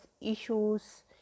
issues